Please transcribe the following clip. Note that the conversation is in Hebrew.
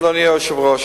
אדוני היושב-ראש.